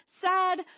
sad